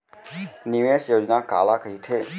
निवेश योजना काला कहिथे?